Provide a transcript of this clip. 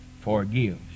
forgives